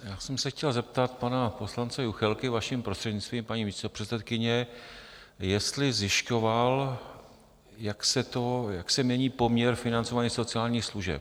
Já jsem se chtěl zeptat pana poslance Juchelky vaším prostřednictvím, paní místopředsedkyně, jestli zjišťoval, jak se mění poměr financování sociálních služeb.